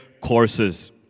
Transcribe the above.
courses